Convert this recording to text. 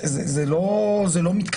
זה לא מתכתב.